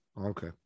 Okay